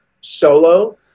solo